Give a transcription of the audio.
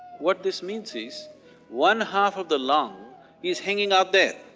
what this means is one half of the lung is hanging out there.